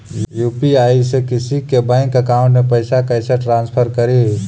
UPI से किसी के बैंक अकाउंट में पैसा कैसे ट्रांसफर करी?